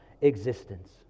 existence